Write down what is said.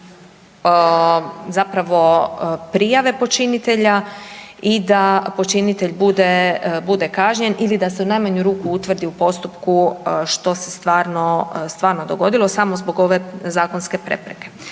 zapravo prijave počinitelja i da počinitelj bude, bude kažnjen ili da se u najmanju ruku utvrdi u postupku što se stvarno, stvarno dogodilo samo zbog ove zakonske prepreke.